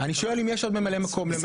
אני שואל אם יש עוד ממלאי מקום למעט הממשלה.